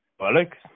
Alex